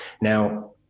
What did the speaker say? Now